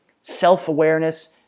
self-awareness